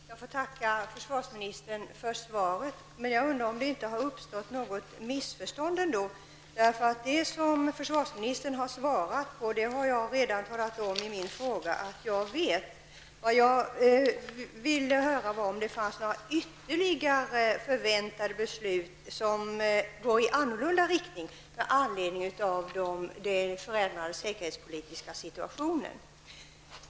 Herr talman! Jag tackar försvarsministern för svaret. Men jag undrar om det ändå inte har blivit något missförstånd. Det som försvarsministern har svarat har jag redan i min fråga talat om att jag vet. Vad jag ville höra var om det fanns ytterligare förväntade beslut, som går i annan riktning med anledning av den förändrade säkerhetspolitiska situationen.